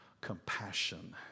compassion